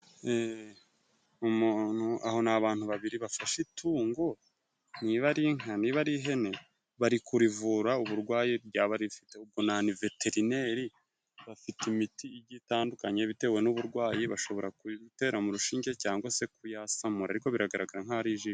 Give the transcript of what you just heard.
Umuntu aho ni abantu babiri bafashe itungo, niba ari inka, niba ari ihene bari kurivura uburwayi ryaba rifite, ubwo na niveterineri bafite imiti igiye itandukanye bitewe n'uburwayi bashobora gutera mu rushinge cyangwa se kuyasamura ariko biragaragara nkaho ari ijisho.